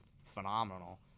phenomenal